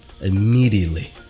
Immediately